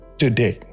today